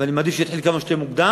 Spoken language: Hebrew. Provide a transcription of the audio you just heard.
ואני מעדיף שהוא יתחיל כמה שיותר מוקדם